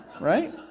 right